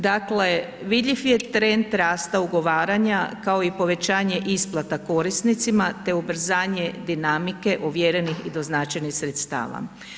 Dakle, vidljiv je trend rasta ugovaranja, kao i povećanje isplata korisnicima, te ubrzanje dinamike ovjerenih i doznačenih sredstava.